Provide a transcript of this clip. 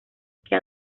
que